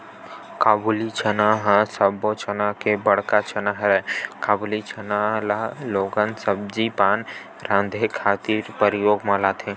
काबुली चना ह सब्बो चना ले बड़का चना हरय, काबुली चना ल लोगन सब्जी पान राँधे खातिर परियोग म लाथे